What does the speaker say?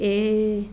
ਇਹ